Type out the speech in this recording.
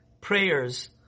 prayers